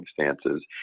circumstances